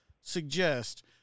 suggest